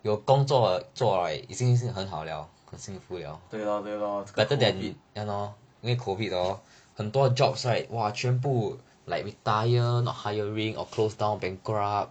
对 lor 对 lor 这个 COVID